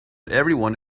everyone